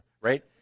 right